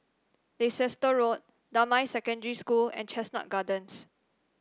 Leicester Road Damai Secondary School and Chestnut Gardens